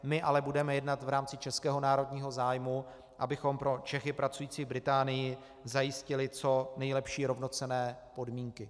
My ale budeme jednat v rámci českého národního zájmu, abychom pro Čechy pracující v Británii zajistili co nejlepší rovnocenné podmínky.